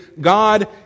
God